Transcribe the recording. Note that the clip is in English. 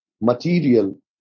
material